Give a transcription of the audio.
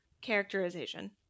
characterization